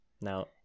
now